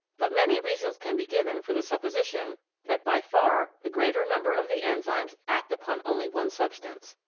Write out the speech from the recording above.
but many reasons can be given for the supposition that by far the greater number of the enzymes act upon only one substance.